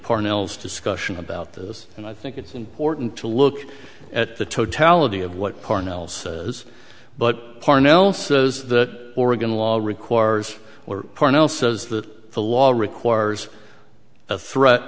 parnell's discussion about this and i think it's important to look at the totality of what parnell's is but parnell says that oregon law requires or pournelle says that the law requires a threat